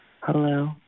Hello